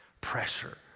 pressure